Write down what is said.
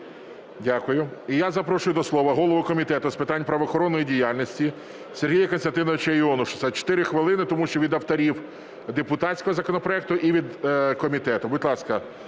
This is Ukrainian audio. Дякую. І я запрошую до слова голову Комітету з питань правоохоронної діяльності Сергія Костянтиновича Іонушаса, 4 хвилини, тому що від авторів депутатського законопроекту і від комітету. Будь ласка,